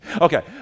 Okay